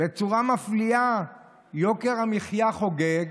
בצורה מפליאה יוקר המחיה חוגג,